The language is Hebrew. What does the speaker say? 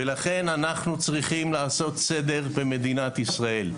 לכן אנחנו צריכים לעשות סדר במדינת ישראל.